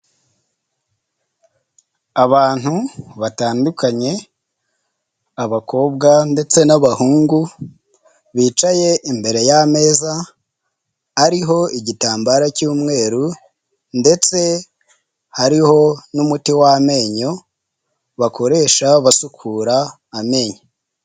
Abantu batandukanye abakobwa ndetse n'abahungu bicaye imbere y'ameza ariho igitambaro cy'umweru ndetse hariho n'umuti w'amenyo bakoresha basukura amenyo.